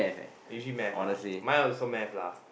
usually math ah mine also math lah